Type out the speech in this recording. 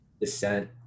descent